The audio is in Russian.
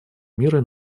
мира